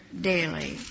daily